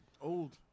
Old